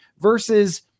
Versus